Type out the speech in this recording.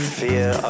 fear